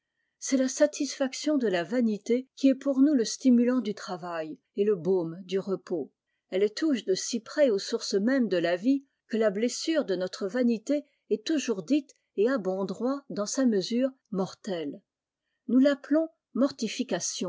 c'est la satisfaction de la vanité qui est pour nous le stimulant du travail et le baume du repos elle touche de si près aux sources même de la'vie que la bles sure de notre vanité est toujours dite et à bon droit dans sa mesure mortelle nous l'appelons